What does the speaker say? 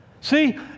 See